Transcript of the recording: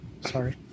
Sorry